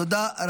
תודה.